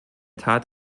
tat